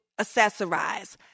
accessorize